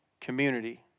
community